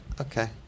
Okay